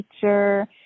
teacher